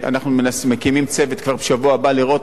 שאנחנו מקימים צוות כבר בשבוע הבא לראות